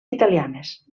italianes